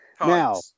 now